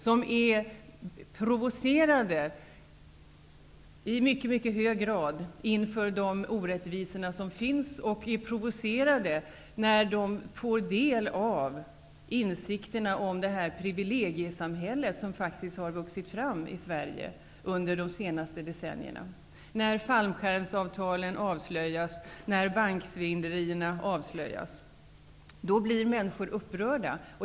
Det är människor som i mycket hög grad är provocerade av de orättvisor som finns och av det privilegiesamhälle som faktiskt har vuxit fram i Sverige under de senaste decennierna. När fallskärmsavtalen och banksvindlerierna avslöjas blir människor upprörda.